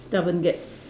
stubborn gets